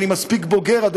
ואני מספיק בוגר לדעת,